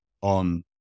on